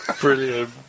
Brilliant